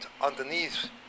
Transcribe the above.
underneath